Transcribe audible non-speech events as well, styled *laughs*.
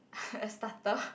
*laughs* a starter